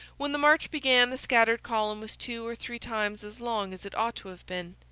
when the march began the scattered column was two or three times as long as it ought to have been.